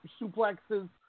suplexes